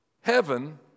heaven